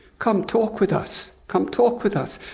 come talk with us. come talk with us.